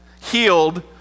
healed